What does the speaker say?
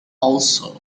also